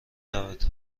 رود